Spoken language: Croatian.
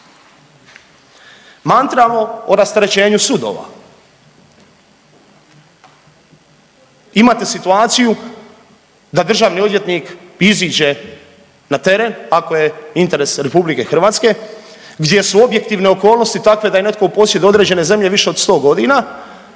Mantramo o rasterećenju sudova, imate situaciju da državni odvjetnik iziđe na teren ako je interes RH gdje su objektivne okolnosti takve da je netko u posjedu određene zemlje više od 100 godina,